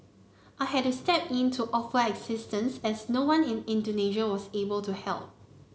I had to step in to offer assistance as no one in Indonesia was able to help